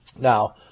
Now